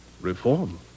Reform